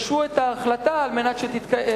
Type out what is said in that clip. ישהו את ההחלטה על מנת שתתבצע,